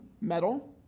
metal